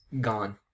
gone